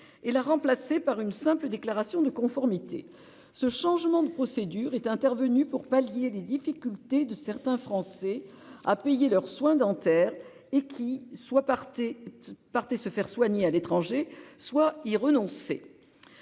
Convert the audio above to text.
et la remplacer par une simple déclaration de conformité. Ce changement de procédure est intervenu pour pallier les difficultés de certains Français à payer leurs soins dentaires et qui soit, partez, partez, se faire soigner à l'étranger soit y renoncer.